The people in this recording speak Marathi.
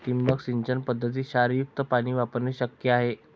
ठिबक सिंचन पद्धतीत क्षारयुक्त पाणी वापरणे शक्य आहे